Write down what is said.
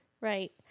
Right